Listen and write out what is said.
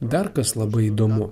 dar kas labai įdomu